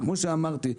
וכמו שאמרתי,